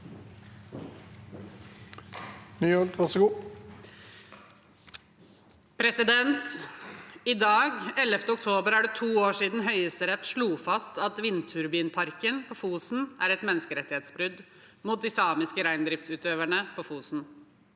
«Den 11. oktober er det to år siden Høyesterett slo fast at vindturbinparken på Fosen er et menneskerettighetsbrudd mot de samiske reindriftsutøverne på Fosen.